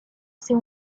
ser